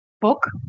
book